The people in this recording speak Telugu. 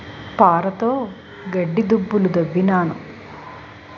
పారతోగడ్డి దుబ్బులు దవ్వినాను